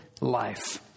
life